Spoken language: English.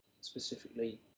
specifically